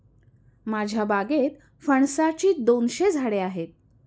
माझ्या बागेत फणसाची दोनशे झाडे आहेत